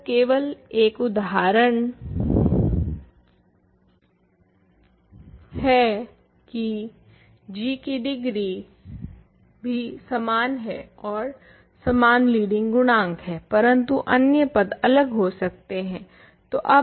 तो यह बस एक उदाहरण है g की भी समान डिग्री और समान लीडिंग गुणांक हें किन्तु बाकी के पद अवश्य ही अलग हो सकते हें